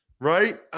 right